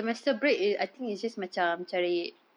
uh but then that semester break it I think is is macam charity